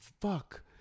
Fuck